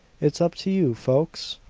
it's up to you, folks!